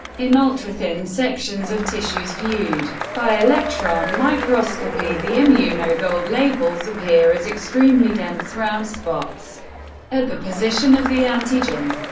in ultrathin sections of tissues viewed by electron microscopy, the immunogold labels appear as extremely dense round spots at the position of the antigen.